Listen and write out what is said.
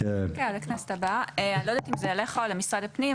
יודעת אם זה אליך או למשרד הפנים,